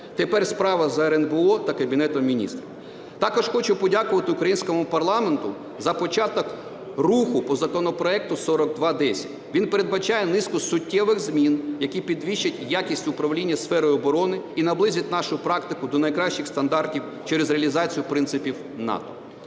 Тепер справа за РНБО та Кабінетом Міністрів. Також хочу подякувати українському парламенту за початок руху по законопроекту 4210. Він передбачає низку суттєвих змін, які підвищать якість управління сфери оборони і наблизять нашу практику до найкращих стандартів через реалізацію принципів НАТО.